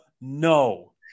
no